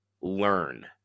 learn